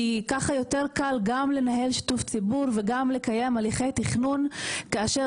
כי ככה יותר קל גם לנהל שיתוף ציבור וגם לקיים הליכי תכנון כאשר